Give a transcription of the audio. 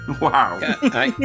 Wow